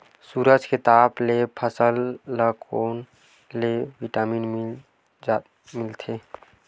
सूरज के ताप ले फसल ल कोन ले विटामिन मिल थे?